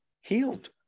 healed